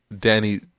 Danny